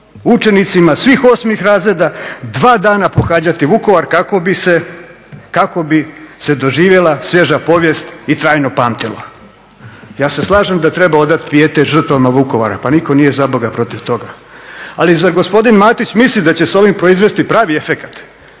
učenicima svih 8. razreda 2 dana pohađati Vukovar kako bi se doživjela svježa povijest i trajno pamtila. Ja se slažem da treba odati pijetet žrtvama Vukovara, pa nitko nije zaboga protiv toga, ali zar gospodin Matić misli da će s ovim proizvesti pravi efekat?